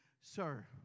Sir